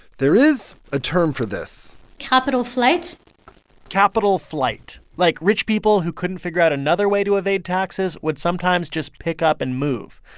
there is a term for this capital flight capital flight. like, rich people who couldn't figure out another way to evade taxes would sometimes just pick up and move.